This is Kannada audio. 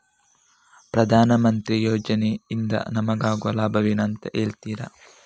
ಪ್ರಧಾನಮಂತ್ರಿ ಯೋಜನೆ ಇಂದ ನಮಗಾಗುವ ಲಾಭಗಳೇನು ಅಂತ ಹೇಳ್ತೀರಾ?